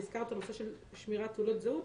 והזכרת את הנושא של שמירת תעודות זהות,